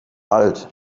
alt